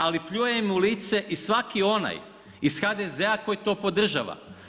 Ali pljuje im u lice i svaki onaj iz HDZ-a koji to podržava.